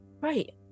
Right